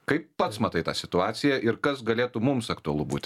kaip pats matai tą situaciją ir kas galėtų mums aktualu būti